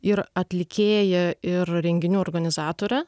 ir atlikėja ir renginių organizatorė